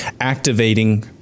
activating